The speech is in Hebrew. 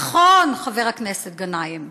נכון, חבר הכנסת גנאים,